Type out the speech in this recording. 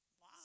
Wow